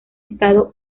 estado